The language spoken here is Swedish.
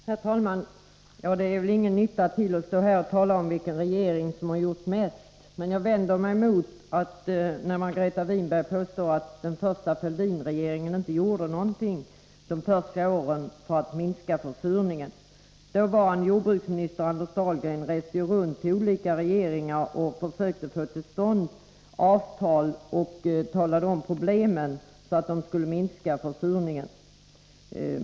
Herr talman! Det är väl ingen nytta med att stå här och tala om vilken regering som har gjort mest, men jag vänder mig mot att Margareta Winberg påstår att den första Fälldinregeringen inte gjorde någonting de första åren för att minska försurningen. Dåvarande jordbruksministern Anders Dahlgren reste runt till olika regeringar och talade om problemen och försökte få till stånd avtal för att minska försurningen.